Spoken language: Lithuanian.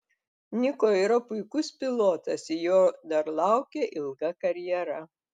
niko yra puikus pilotas ir jo dar laukia ilga karjera